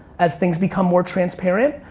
as things become more transparent.